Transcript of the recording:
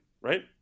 right